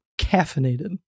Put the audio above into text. caffeinated